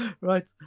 Right